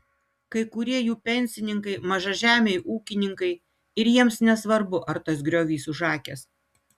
kai kurie jų pensininkai mažažemiai ūkininkai ir jiems nesvarbu ar tas griovys užakęs